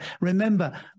remember